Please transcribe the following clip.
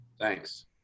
Thanks